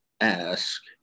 ask